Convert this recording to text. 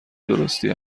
درستی